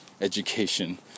education